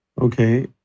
Okay